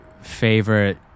favorite